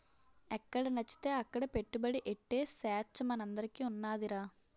ఎక్కడనచ్చితే అక్కడ పెట్టుబడి ఎట్టే సేచ్చ మనందరికీ ఉన్నాదిరా